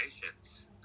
patience